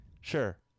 Sure